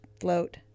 float